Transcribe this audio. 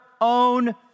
own